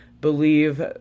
believe